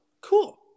cool